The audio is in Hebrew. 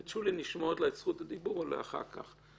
נשמור את זכות הדיבור לשולי לאחר כך.